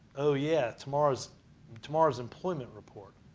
oh, yeah, tomorrow is tomorrow is employment report.